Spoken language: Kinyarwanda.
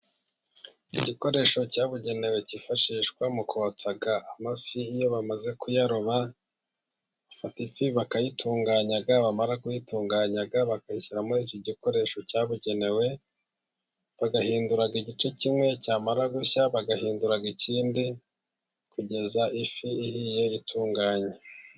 Igikoresho cyabugenewe cyifashishwa mu kotsa amafi. Iyo bamaze kuyaroba, bafata ifi bakayitunganya, bamara kuyitunganya bakayishyira muri icyo gikoresho cyabugenewe. Bagahindura igice kimwe cyamara gushya bagahindu ikindi kugeza ifi ihiye itunganye.